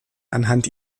anhand